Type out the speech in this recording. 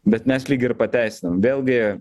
bet mes lyg ir pateisinam vėlgi